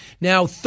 Now